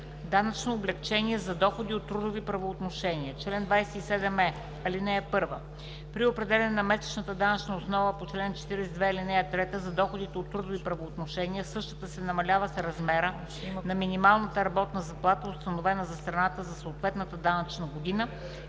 „Данъчно облекчение за доходи от трудови правоотношения Чл. 27е (1) При определяне на месечната данъчна основа по чл. 42, ал. 3 за доходи от трудови правоотношения, същата се намалява с размера на минималната месечна работна заплата, установена за страната за съответната данъчна година